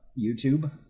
YouTube